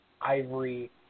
Ivory